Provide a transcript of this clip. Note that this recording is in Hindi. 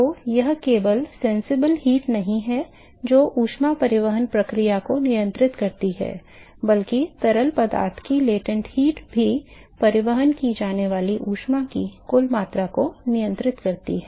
तो यह केवल प्रत्यक्ष ऊष्मा नहीं है जो ऊष्मा परिवहन प्रक्रिया को नियंत्रित करती है बल्कि तरल पदार्थ की गुप्त ऊष्मा भी परिवहन की जाने वाली ऊष्मा की कुल मात्रा को नियंत्रित करती है